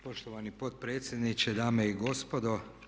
Poštovani potpredsjedniče, dame i gospodo.